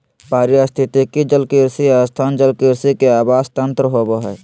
पारिस्थितिकी जलकृषि स्थान जलकृषि के आवास तंत्र होबा हइ